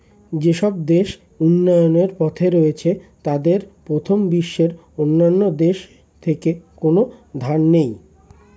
যেসব দেশ উন্নয়নের পথে রয়েছে তাদের প্রথম বিশ্বের অন্যান্য দেশ থেকে কোনো ধার নেই